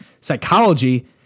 Psychology